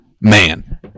Man